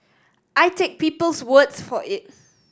I take people's words for it